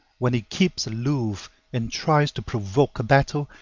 when he keeps aloof and tries to provoke a battle,